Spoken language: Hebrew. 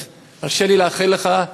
אז הרשה לי לאחל לך,